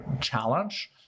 challenge